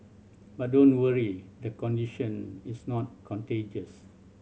but don't worry the condition is not contagious